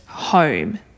home